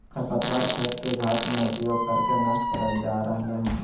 खरपतवार खेत के घास में उपयोग कर के नष्ट करल जा रहल हई